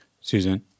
Susan